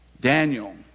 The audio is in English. Daniel